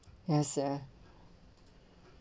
yes ya